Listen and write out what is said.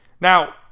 Now